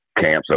Camp's